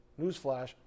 newsflash